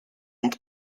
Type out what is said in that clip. und